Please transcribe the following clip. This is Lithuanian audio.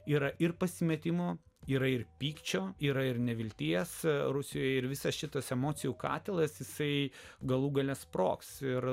yra ir pasimetimo yra ir pykčio yra ir nevilties rusijoje ir visas šitas emocijų katilas jisai galų gale sprogs ir